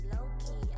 Low-key